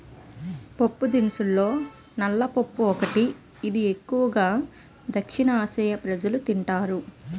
పప్పుదినుసుల్లో నల్ల పప్పు ఒకటి, ఇది ఎక్కువు గా దక్షిణఆసియా ప్రజలు తింటారు